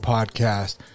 Podcast